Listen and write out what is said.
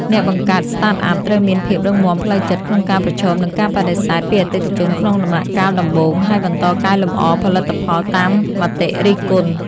អ្នកបង្កើត Startup ត្រូវមានភាពរឹងមាំផ្លូវចិត្តក្នុងការប្រឈមនឹងការបដិសេធពីអតិថិជនក្នុងដំណាក់កាលដំបូង ហើយបន្តកែលម្អផលិតផលតាមមតិរិះគន់។